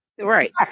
Right